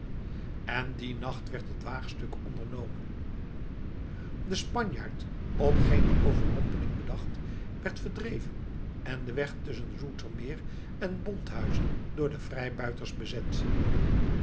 en dien nacht werd het waagstuk ondernomen de spanjaard op geene overrompeling bedacht werd verdreven en de weg tusschen zoetermeer en bonthuizen door de vrijbuiters bezet